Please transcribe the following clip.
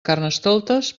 carnestoltes